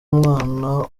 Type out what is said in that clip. umwana